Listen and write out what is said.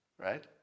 right